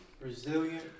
Resilient